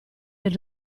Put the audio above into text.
del